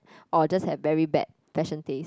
or just have very bad fashion taste